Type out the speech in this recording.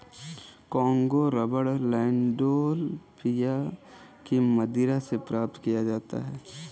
Congo rubber Landolphia की मदिरा से प्राप्त किया जाता है